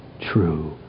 true